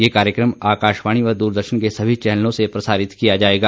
ये कार्यक्रम आकाशवाणी व द्वरदर्शन के सभी चैनलों से प्रसारित किया जाएगा